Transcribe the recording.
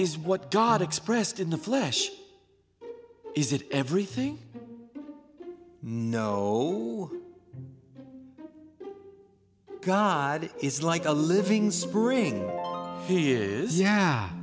is what god expressed in the flesh is it everything no god is like a living spring he is